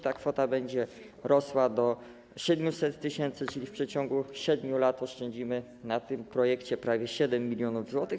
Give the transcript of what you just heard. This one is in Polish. Ta kwota będzie rosła do 700 tys., czyli w przeciągu 7 lat oszczędzimy na tym projekcie prawie 7 mln zł.